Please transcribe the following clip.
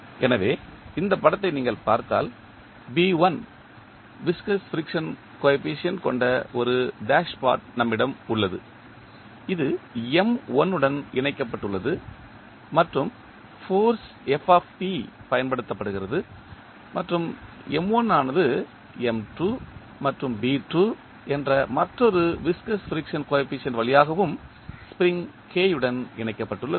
எனவே இந்த படத்தை நீங்கள் பார்த்தால் விஸ்கஸ் ஃபிரிக்சன் கோஎபிசியன்ட் கொண்ட ஒரு டேஷ்பாட் நம்மிடம் உள்ளது இது உடன் இணைக்கப்பட்டுள்ளது மற்றும் ஃபோர்ஸ் பயன்படுத்தப்படுகிறது மற்றும் ஆனது மற்றும் என்ற மற்றொரு விஸ்கஸ் ஃபிரிக்சன் கோஎபிசியன்ட் வழியாகவும் ஸ்ப்ரிங் K உடன் இணைக்கப்பட்டுள்ளது